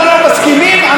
ולכן,